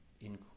include